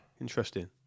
Interesting